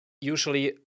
usually